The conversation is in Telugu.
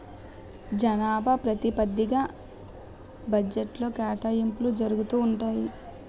జనాభా ప్రాతిపదిగ్గా బడ్జెట్లో కేటాయింపులు జరుగుతూ ఉంటాయి